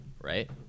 Right